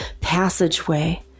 passageway